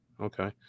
Okay